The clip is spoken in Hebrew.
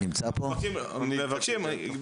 אנחנו מבקשים,